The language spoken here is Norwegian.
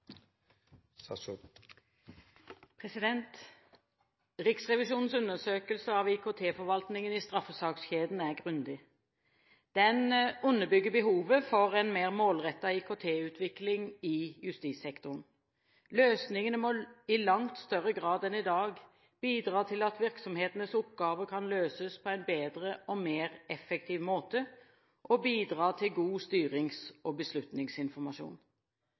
etterspør. Riksrevisjonens undersøkelse av IKT-forvaltningen i straffesakskjeden er grundig. Den underbygger behovet for en mer målrettet IKT-utvikling i justissektoren. Løsningene må i langt større grad enn i dag bidra til at virksomhetenes oppgaver kan løses på en bedre og mer effektiv måte, og bidra til god styrings- og beslutningsinformasjon.